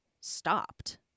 stopped